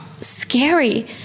scary